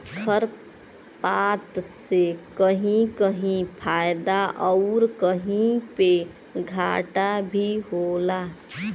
खरपात से कहीं कहीं फायदा आउर कहीं पे घाटा भी होला